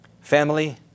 Family